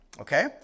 okay